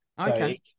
Okay